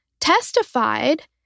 testified